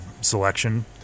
selection